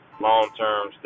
long-term